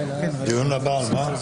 ב-09:00.